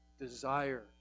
desire